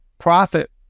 profit